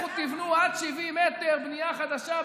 לכו תבנו עד 70 מטר בנייה חדשה,